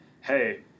hey